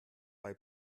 bei